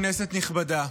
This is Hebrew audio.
כנסת נכבדה,